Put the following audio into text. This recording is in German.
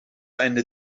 eine